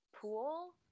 pool